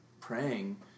praying